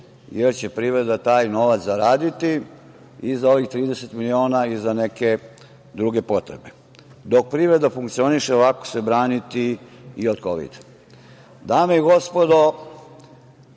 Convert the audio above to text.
jer će privreda taj novac zaraditi i za ovih 30 miliona i za neke druge potrebe. Dok privreda funkcioniše, lako se braniti i od kovida. Dame i gospodo,